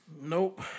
Nope